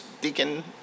Deacon